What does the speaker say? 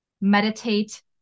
meditate